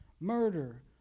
murder